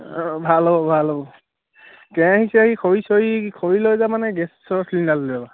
অ' ভাল হ'ব ভাল হ'ব কেৰাহী চেৰাহী খৰি চৰি খৰি লৈ যাবা নে গেছৰ চিলিণ্ডাৰ লৈ যাবা